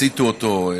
הסיתו אותו,